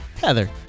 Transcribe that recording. Heather